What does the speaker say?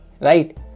right